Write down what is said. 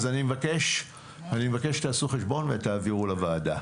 אני מבקש שתעשו חשבון ותעבירו לוועדה.